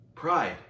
Pride